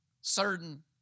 certain